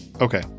Okay